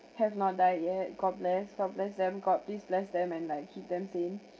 have not died yet god bless god bless them god please bless them and keep them sane